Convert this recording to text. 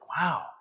wow